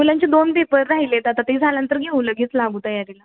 मुलांचे दोन पेपर राहिले आहेत आता ते झाल्यानंतर घेऊ लगेच लागू तयारीला